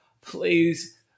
please